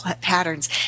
patterns